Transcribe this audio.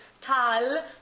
tal